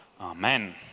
Amen